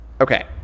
Okay